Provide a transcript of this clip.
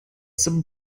some